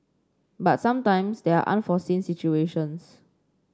but sometimes there are unforeseen situations